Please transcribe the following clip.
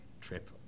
trip